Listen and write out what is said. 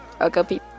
Okay